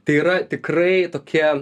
tai yra tikrai tokie